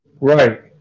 right